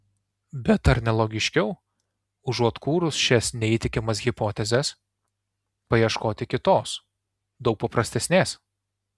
bet ar ne logiškiau užuot kūrus šias neįtikimas hipotezes paieškoti kitos daug paprastesnės